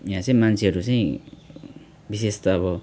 यहाँ चाहिँ मान्छेहरू चाहिँ विशेष त अब